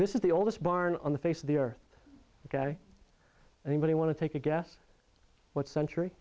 this is the oldest barn on the face of the earth guy anybody want to take a guess what century